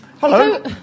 Hello